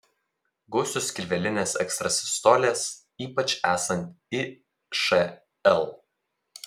gausios skilvelinės ekstrasistolės ypač esant išl